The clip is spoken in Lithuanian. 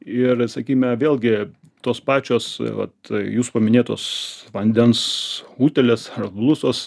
ir sakyme vėlgi tos pačios vat jūsų paminėtos vandens utėlės blusos